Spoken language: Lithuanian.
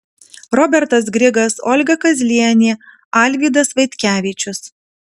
robertas grigas olga kazlienė alvydas vaitkevičius